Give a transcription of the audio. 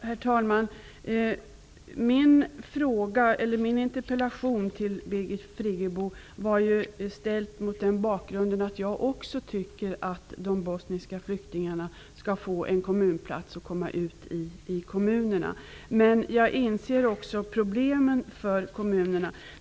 Herr talman! Min interpellation till Birgit Friggebo var ställd mot bakgrunden att också jag anser att de bosniska flyktingarna skall få en kommunplats och flytta ut i kommunerna. Men jag inser också problemen för kommunerna.